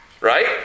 Right